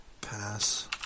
Pass